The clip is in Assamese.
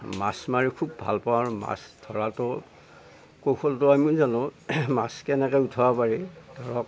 মাছ মাৰি খুব ভালপাওঁ আৰু মাছ ধৰাটো কৌশলটো আমিও জানো মাছ কেনেকৈ উঠাব পাৰি ধৰক